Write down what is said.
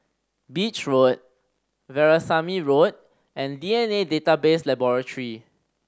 Beach Road Veerasamy Road and D N A Database Laboratory